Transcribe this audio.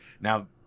now